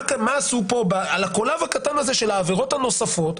מה עשו פה, על הקולב הקטן הזה של העבירות הנוספות?